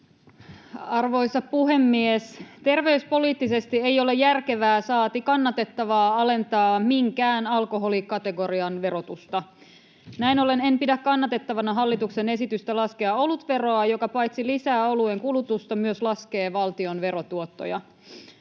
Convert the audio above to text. Arvoisa puhemies! Terveyspoliittisesti ei ole järkevää, saati kannatettavaa alentaa minkään alkoholikategorian verotusta. Näin ollen en pidä kannatettavana hallituksen esitystä laskea olutveroa, joka paitsi lisää oluen kulutusta myös laskee valtion verotuottoja.